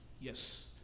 yes